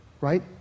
Right